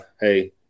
Hey